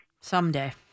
Someday